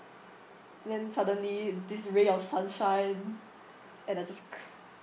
then suddenly this ray of sunshine and I just c~